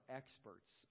experts